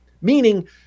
Meaning